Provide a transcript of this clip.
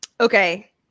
Okay